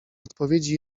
odpowiedzi